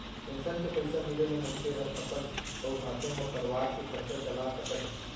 pension के पइसा मिले ले मनखे हर अपन अउ साथे म परवार के खरचा चला सकत हे